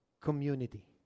community